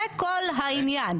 זה כל העניין.